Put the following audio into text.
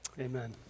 Amen